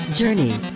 journey